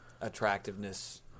attractiveness